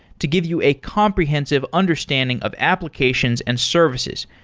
to give you a comprehensive understanding of applications and services,